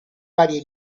varie